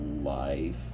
life